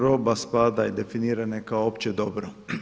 Roba spada, i definirana je kao opće dobro.